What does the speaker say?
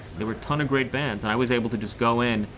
there were a ton of great bands, and i was able to just go in,